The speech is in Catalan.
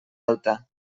alta